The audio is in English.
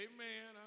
Amen